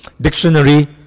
dictionary